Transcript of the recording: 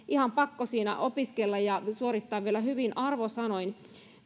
ihan pakko siinä opiskella ja suorittaa vielä hyvin arvosanoin